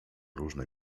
róże